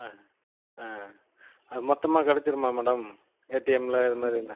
ஆ ஆ மொத்தமாக கிடச்சிருமா மேடம் ஏடிஎம்யில் இது மாதிரில